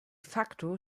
facto